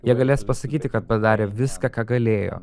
jie galės pasakyti kad padarė viską ką galėjo